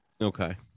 Okay